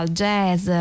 jazz